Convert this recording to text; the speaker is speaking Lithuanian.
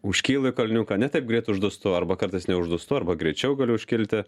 užkylu į kalniuką ne taip greit uždustu arba kartais neuždustu arba greičiau galiu užkilti